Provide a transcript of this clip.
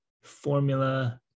formula